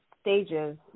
stages